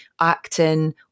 acting